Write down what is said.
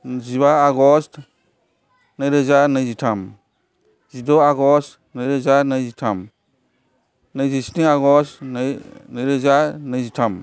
जिबा आगष्ट नैरोजा नैजि थाम जिद' आगष्ट नैरोजा नैजिथाम नैजिस्नि आगष्ट नै नैरोजा नैजिथाम